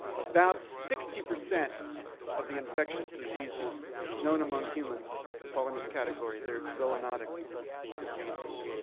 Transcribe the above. about sixty percent of the infectious diseases known among humans fall in this category. they're zoonotic diseases.